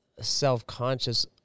self-conscious